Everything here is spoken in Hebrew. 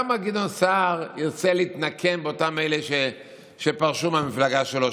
כמה גדעון סער ירצה להתנקם באותם אלה שפרשו מהמפלגה שלו,